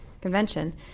convention